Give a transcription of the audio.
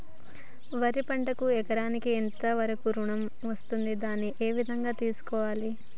వరి పంటకు ఎకరాకు ఎంత వరకు ఋణం వస్తుంది దాన్ని ఏ విధంగా తెలుసుకోవాలి?